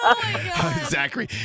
Zachary